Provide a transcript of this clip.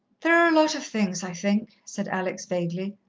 there are a lot of things, i think, said alex vaguely,